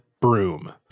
broom